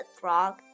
Frog